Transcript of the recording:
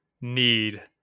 need